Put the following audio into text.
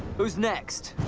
who's next?